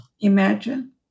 Imagine